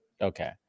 okay